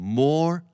more